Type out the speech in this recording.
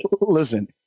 Listen